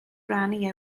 rannu